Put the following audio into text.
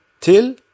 till